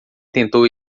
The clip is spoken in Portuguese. tentou